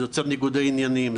זה יוצר ניגודי עניינים,